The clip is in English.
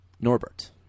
Norbert